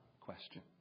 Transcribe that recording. question